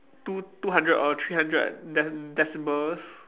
two two hundred or three hundred de~ decibels